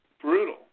brutal